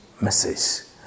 message